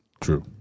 True